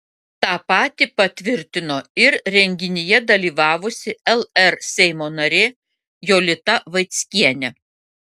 tą patį patvirtino ir renginyje dalyvavusi lr seimo narė jolita vaickienė